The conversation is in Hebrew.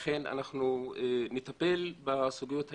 לכן אנו נטפל בסוגיות האלה.